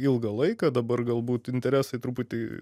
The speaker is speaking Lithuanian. ilgą laiką dabar galbūt interesai truputį